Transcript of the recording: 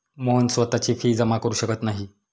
मोहन स्वतःची फी जमा करु शकत नाही